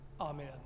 amen